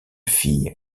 filles